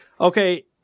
okay